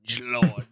Lord